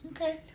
Okay